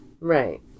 Right